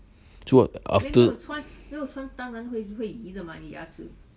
so what after